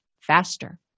faster